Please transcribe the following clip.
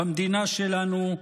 במדינה שלנו.